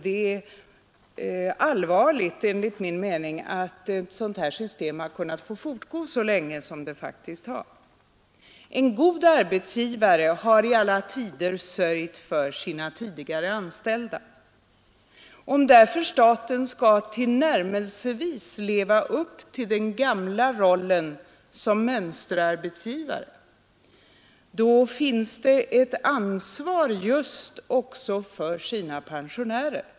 Det är enligt min mening allvarligt att detta har fått fortgå så länge som det har. En god arbetsgivare har i alla tider sörjt för sina tidigare anställda. Om därför staten tillnärmelsevis skall leva upp till den gamla rollen som mönsterarbetsgivare har den ett ansvar också för sina pensionärer.